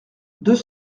deux